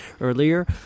earlier